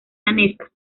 danesa